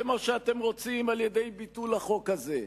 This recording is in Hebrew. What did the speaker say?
כמו שאתם רוצים על-ידי ביטול החוק הזה.